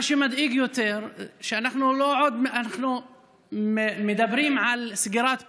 מה שמדאיג יותר הוא שלא רק שאנחנו לא מדברים על סגירת פערים,